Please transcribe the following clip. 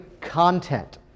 content